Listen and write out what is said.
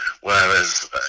whereas